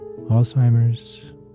Alzheimer's